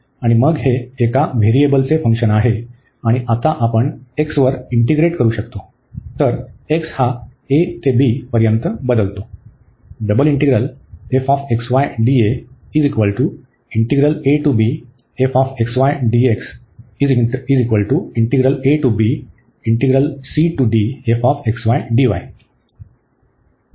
आणि मग हे एका व्हेरिएबलचे फंक्शन आहे आणि आता आपण x वर इंटीग्रेट करू शकतो तर x हा a ते b पर्यंत बदलतो